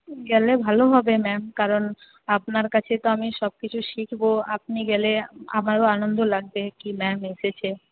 গেলে ভালো হবে ম্যাম কারণ আপনার কাছে তো আমি সব কিছু শিখব আপনি গেলে আমারও আনন্দ লাগবে কী ম্যাম এসেছে